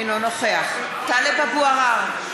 אינו נוכח טלב אבו עראר,